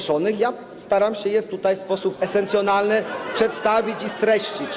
Staram się je tutaj w sposób esencjonalny przedstawić i streścić.